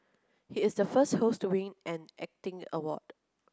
he is the first host to win an acting award